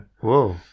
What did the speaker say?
Whoa